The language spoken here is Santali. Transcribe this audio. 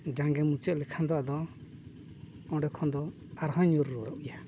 ᱡᱟᱝᱮ ᱢᱩᱪᱟᱹᱫ ᱞᱮᱠᱷᱟᱱ ᱫᱚ ᱟᱫᱚ ᱚᱸᱰᱮ ᱠᱷᱚᱱ ᱫᱚ ᱟᱨᱦᱚᱸ ᱧᱩᱨ ᱨᱩᱣᱟᱹᱲᱚᱜ ᱜᱮᱭᱟ